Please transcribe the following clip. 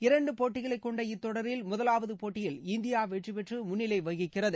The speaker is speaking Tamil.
இரண்டு போட்டிகளை கொண்ட இத்தொடரில் முதலாவது போட்டியில் இந்தியா வெற்றிப்பெற்று முன்னிலை வகிக்கிறது